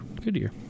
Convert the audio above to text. Goodyear